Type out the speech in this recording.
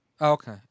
Okay